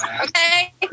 Okay